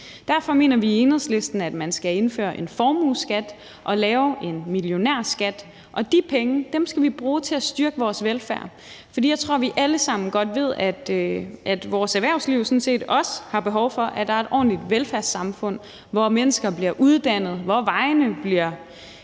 Derfor mener vi i Enhedslisten, at man skal indføre en formueskat og lave en millionærskat. Og de penge skal vi bruge til at styrke vores velfærd. For jeg tror, vi alle sammen godt ved, at vores erhvervsliv sådan set også har behov for, at der er et ordentligt velfærdssamfund, hvor mennesker bliver uddannet, hvor vejene bliver repareret,